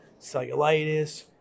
cellulitis